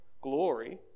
glory